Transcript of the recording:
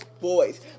Boys